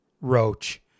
Roach